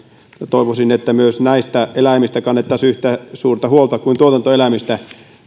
toivoisin että myös näistä eläimistä kannettaisiin yhtä suurta huolta kuin tuotantoeläimistä